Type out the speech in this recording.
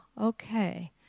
okay